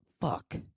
Fuck